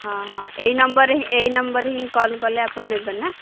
ହଁ ହଁ ଏଇ ନମ୍ବରରେ ହିଁ ନମ୍ବରରେ ହିଁ କଲ କଲେ ଆପଣ ନେବେ ନା